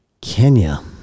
Kenya